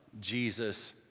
Jesus